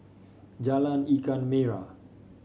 Jalan Ikan Merah